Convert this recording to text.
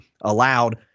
allowed